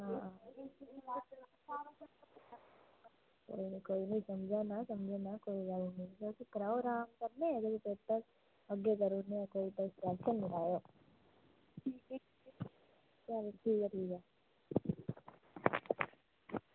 हां कोई नी कोई नी समझा ना समझा ना कोई गल्ल नी तुस कराओ अराम कन्नै ते पेपर अग्गे करूने आं कोई तुस टेंशन निं लैएओ चलो ठीक ऐ ठीक ऐ